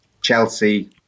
Chelsea